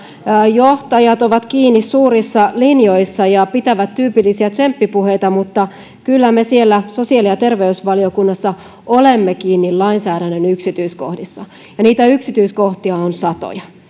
johtajat ovat kiinni suurissa linjoissa ja pitävät tyypillisiä tsemppipuheita mutta kyllä me siellä sosiaali ja terveysvaliokunnassa olemme kiinni lainsäädännön yksityiskohdissa ja niitä yksityiskohtia on satoja